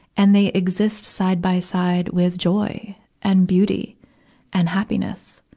and they exist side-by-side with joy and beauty and happiness,